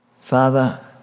Father